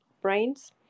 BRAINS